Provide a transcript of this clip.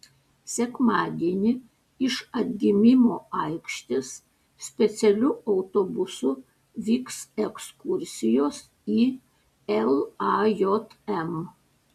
sekmadienį iš atgimimo aikštės specialiu autobusu vyks ekskursijos į lajm